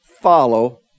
follow